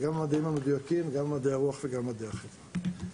גם במדעים המדויקים, מדעי הרוח ומדעי החברה.